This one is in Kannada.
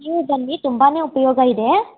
ನೀವು ಬನ್ನಿ ತುಂಬಾ ಉಪಯೋಗ ಇದೆ